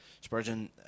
Spurgeon